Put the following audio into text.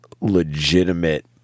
legitimate